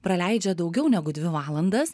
praleidžia daugiau negu dvi valandas